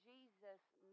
Jesus